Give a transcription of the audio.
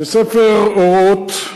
בספר "אורות",